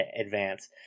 advance